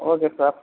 okay sir